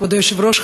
כבוד היושב-ראש,